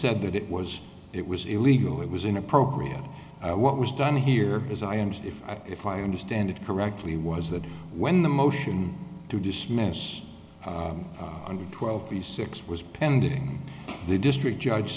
said that it was it was illegal it was inappropriate i what was done here is i and if if i understand it correctly was that when the motion to dismiss under twelve b six was pending the district judge